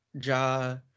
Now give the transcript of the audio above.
Ja